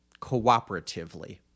cooperatively